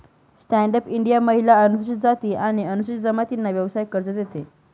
stand up India महिला, अनुसूचित जाती आणि अनुसूचित जमातींना व्यवसाय कर्ज देते